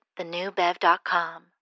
thenewbev.com